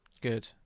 Good